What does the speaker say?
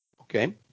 Okay